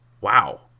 wow